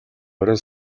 оройн